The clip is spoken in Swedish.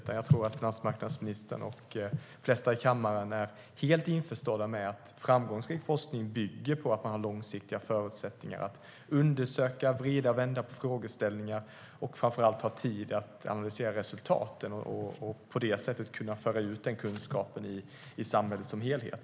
Jag tror att finansministern och de flesta i kammaren är helt införstådda med att framgångsrik forskning bygger på att man har långsiktiga förutsättningar för att undersöka, vrida och vända på frågeställningar och framför allt har tid att analysera resultaten och på det sättet kan föra ut kunskapen i samhället som helhet.